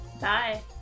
bye